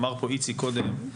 אמר פה איציק מקודם,